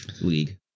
League